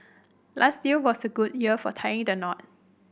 last year was a good year for tying the knot